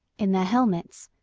in their helmets,